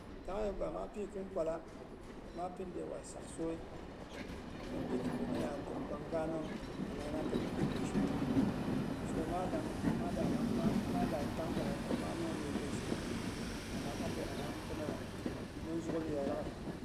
Tang yegwa maapi kɨn kwala, maapinde wal sak soi, minpi kigunaya pang gaan nom maa kin nongyei peshinunghu, so ma dang mada tang gyak yepangnwu maa nongdeyei peishinung. Bama ande anang min tema min zugul yeya laghai